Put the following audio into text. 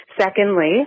Secondly